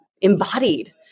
embodied